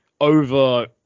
over